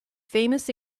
famous